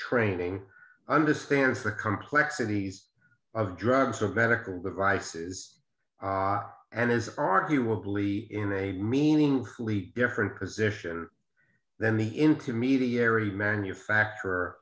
training understands the complexities of drugs and medical devices and is arguably in a meaningfully different position than the intermediary manufacturer